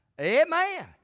Amen